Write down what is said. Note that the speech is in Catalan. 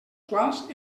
quals